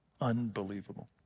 Unbelievable